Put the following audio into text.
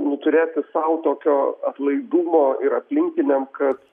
nu turėti sau tokio atlaidumo ir aplinkiniam kad